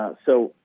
so,